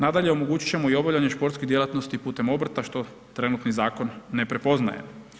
Nadalje, omogućit ćemo i obavljanje športskih djelatnosti putem obrta što trenutni zakon ne prepoznaje.